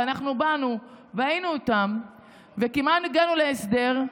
ואנחנו באנו והיינו איתם וכמעט הגענו להסדר,